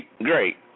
great